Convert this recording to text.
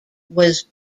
was